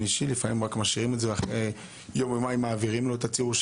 אישי אלא רק משאירים את זה ואחרי יום יומיים מעבירים לו את הציור.